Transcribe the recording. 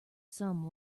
some